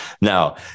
Now